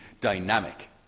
dynamic